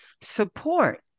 support